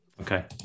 Okay